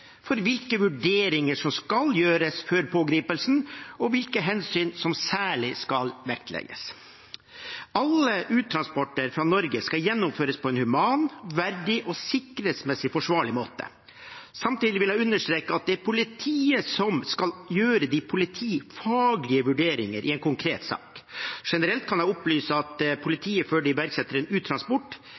for hvilke vurderinger som skal gjøres før pågripelsen, og hvilke hensyn som særlig skal vektlegges. Alle uttransporter fra Norge skal gjennomføres på en human, verdig og sikkerhetsmessig forsvarlig måte. Samtidig vil jeg understreke at det er politiet som skal gjøre de politifaglige vurderingene i en konkret sak. Generelt kan jeg opplyse om at politiet, før de iverksetter en uttransport,